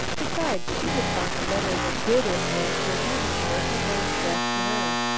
besides, she had found a letter that did interest her even more than those addressed to her.